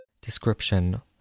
Description